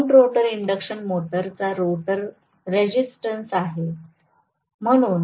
हा wound rotor induction मोटरचा rotor resistance आहे